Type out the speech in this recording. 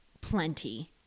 plenty